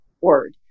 word